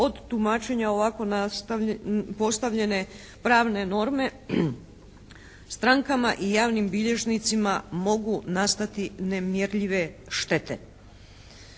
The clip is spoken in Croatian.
od tumačenja ovako postavljene pravne norme strankama i javnim bilježnicima mogu nastati nemjerljive štete.